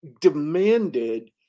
demanded